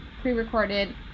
pre-recorded